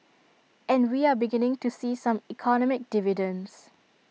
and we are beginning to see some economic dividends